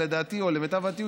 ולדעתי או למיטב הבנתי,